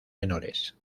menores